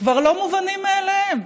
כבר לא מובנים מאליהם.